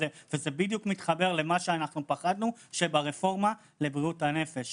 וזה בדיוק מתחבר למה שאנחנו פחדנו ברפורמה לבריאות הנפש,